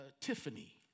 Tiffany